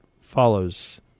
follows